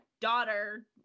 daughter